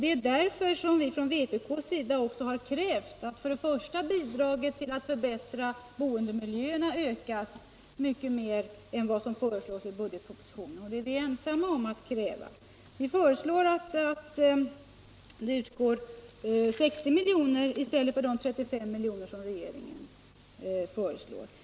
Det är därför som vi från vpk:s sida har krävt att bidraget till förbättring av boendemiljöerna skall ökas mycket mer än vad som föreslås i budgetpropositionen. Detta är vi ensamma om att kräva. Vi föreslår att det för ändamålet skall utgå 60 miljoner i stället de 35 miljoner som regeringen förordar.